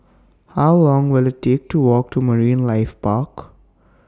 How Long Will IT Take to Walk to Marine Life Park